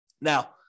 Now